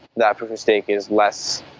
that proof of stake is less